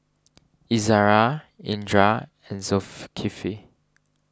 Izzara Indra and